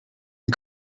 une